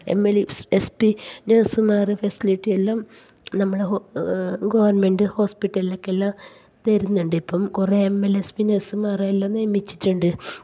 M L S P നേഴ്സുമാർ ഫെസിലിറ്റിയെല്ലാം നമ്മളെ ഗവൺമെൻറ്റ് ഹോസ്പിറ്റലേക്ക് എല്ലാം തരുന്നുണ്ട് ഇപ്പം കുറേ എം എൽ എസ് പി നഴ്സുമാരെയെല്ലാം നിയമിച്ചിട്ടുണ്ട്